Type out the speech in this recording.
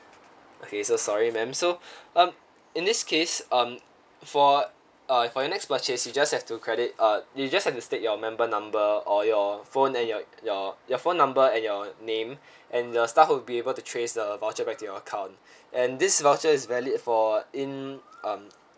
okay so sorry ma'am so um in this case um for uh for your next purchase you just have to credit uh you just have to state your member number or your phone and your your your phone number and your name and the staff will be able to trace the voucher back to your account and this voucher is valid for in um